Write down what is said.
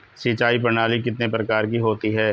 सिंचाई प्रणाली कितने प्रकार की होती हैं?